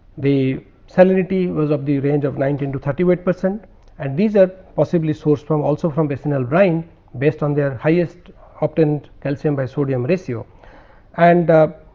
the salinity was of the range of nineteen to thirty weight percent and these are possibly source from also from basinal brine based on their highest obtaining ah but and calcium by sodium ratio and ah.